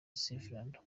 salvador